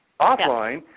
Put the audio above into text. offline